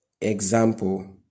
example